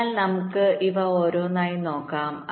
അതിനാൽ നമുക്ക് ഇവ ഓരോന്നായി നോക്കാം